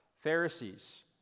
Pharisees